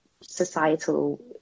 societal